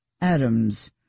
Adams